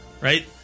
Right